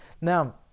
Now